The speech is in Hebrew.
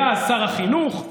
היה שר החינוך,